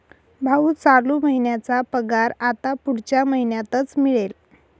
भाऊ, चालू महिन्याचा पगार आता पुढच्या महिन्यातच मिळेल